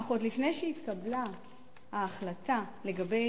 אך עוד לפני שהתקבלה ההחלטה לגבי